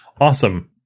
Awesome